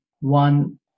one